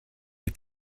est